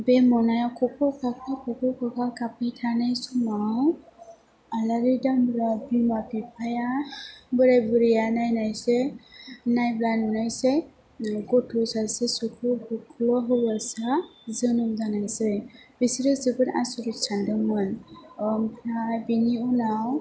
बे मनायाव खख्र' खाख्रा खख्र' काख्रा गाबबाय थानाय समाव आलारि दामब्रा बिमा बिफाया बोराय बुरैया नायनायसै नायब्ला नुनायसै गथ' सासे सख्ल' बख्ल' हौवासा जोनोम जानायसै बिसोरो जोबोद आसरिद सानदोंमोन आमफ्राय बिनि उनाव